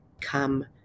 come